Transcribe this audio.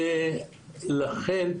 ולכן,